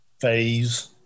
phase